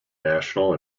national